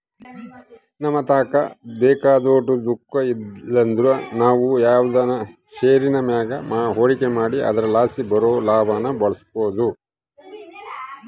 ನಮತಾಕ ಬೇಕಾದೋಟು ರೊಕ್ಕ ಇಲ್ಲಂದ್ರ ನಾವು ಯಾವ್ದನ ಷೇರಿನ್ ಮ್ಯಾಗ ಹೂಡಿಕೆ ಮಾಡಿ ಅದರಲಾಸಿ ಬರೋ ಲಾಭಾನ ಬಳಸ್ಬೋದು